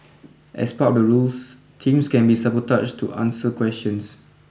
as part of the rules teams can be sabotaged to answer questions